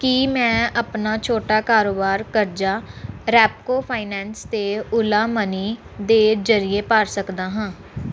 ਕੀ ਮੈਂ ਆਪਣਾ ਛੋਟਾ ਕਾਰੋਬਾਰ ਕਰਜ਼ਾ ਰੈਪਕੋ ਫਾਈਨੈਂਸ ਤੇ ਓਲਾ ਮਨੀ ਦੇ ਜਰੀਏ ਭਰ ਸਕਦਾ ਹਾਂ